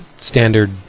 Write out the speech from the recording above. standard